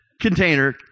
container